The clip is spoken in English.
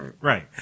Right